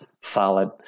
solid